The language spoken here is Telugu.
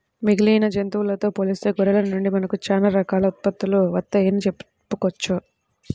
మిగిలిన జంతువులతో పోలిస్తే గొర్రెల నుండి మనకు చాలా రకాల ఉత్పత్తులు వత్తయ్యని చెప్పొచ్చు